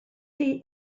chi